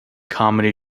comedy